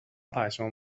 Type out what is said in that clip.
پشمام